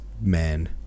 man